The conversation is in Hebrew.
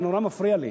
זה נורא מפריע לי.